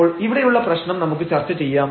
അപ്പോൾ ഇവിടെയുള്ള പ്രശ്നം നമുക്ക് ചർച്ച ചെയ്യാം